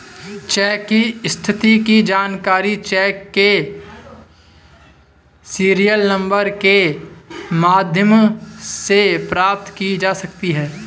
check की स्थिति की जानकारी चेक के सीरियल नंबर के माध्यम से प्राप्त की जा सकती है